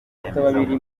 ibyemezo